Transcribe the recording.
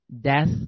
death